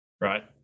right